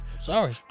Sorry